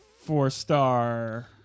four-star